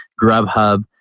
Grubhub